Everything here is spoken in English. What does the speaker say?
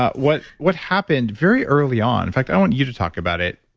what what happened very early on. in fact, i want you to talk about it.